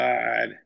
God